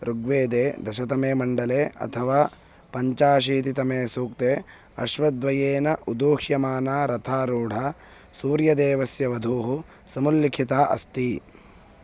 ऋग्वेदे दशमे मण्डले अथवा पञ्चाशीतितमे सूक्ते अश्वद्वयेन उदोह्यमाना रथारूढा सूर्यदेवस्य वधूः समुल्लिखिता अस्ति